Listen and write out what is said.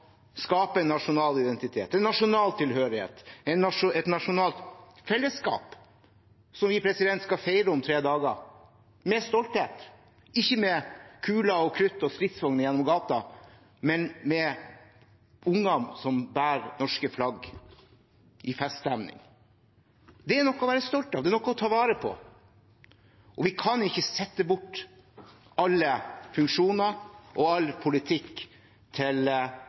skape en nasjonal identitet, en nasjonal tilhørighet, et nasjonalt fellesskap. Det skal vi feire om tre dager – med stolthet, ikke med kuler, krutt og stridsvogner gjennom gatene, men med barn som bærer norske flagg, i en feststemning. Det er noe å være stolt av, det er noe å ta vare på. Vi kan ikke sette bort alle funksjoner og all politikk til